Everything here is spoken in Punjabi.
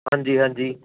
ਹਾਂਜੀ ਹਾਂਜੀ